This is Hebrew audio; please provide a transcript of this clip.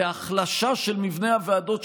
בהחלשה של מבנה הוועדות,